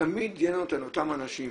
תמיד יהיה לנו את אותם אנשים,